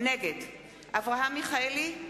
נגד אברהם מיכאלי,